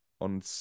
on